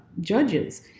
judges